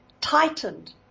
tightened